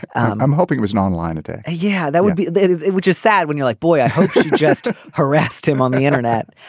i'm hoping with an online. and yeah that would be it it would just sad when you're like boy i hope suggested harassed him on the internet.